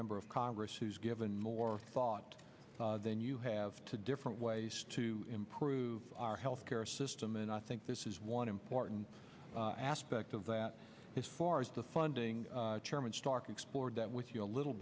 member of congress who's given more thought then you have to different ways to improve our health care system and i think this is one important aspect of that as far as the funding chairman stark explored that with you a little